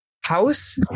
house